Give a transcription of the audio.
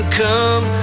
come